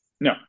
No